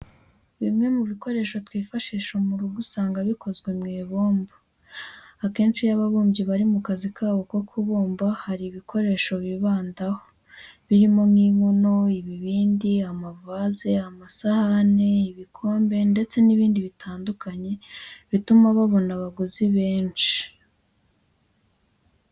Bimwe mu bikoresho twifashisha mu rugo usanga biba bikozwe mu ibumba. Akenshi iyo ababumbyi bari mu kazi kabo ko kubumba hari ibikoresho bibandaho birimo nk'inkono, ibibindi, amavaze, amasahani, ibikombe ndetse n'ibindi bitandukanye bituma babona abaguzi benshi.